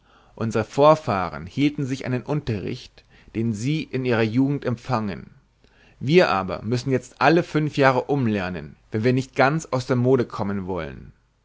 vorfahren hielten sich an den unterricht den sie in ihrer jugend empfangen wir aber müssen jetzt alle fünf jahre umlernen wenn wir nicht ganz aus der mode kommen wollen